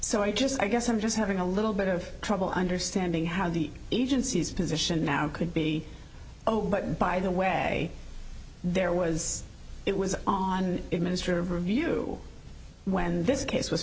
so i just i guess i'm just having a little bit of trouble understanding how the agency's position now could be zero but by the way there was it was on it minister of review when this case was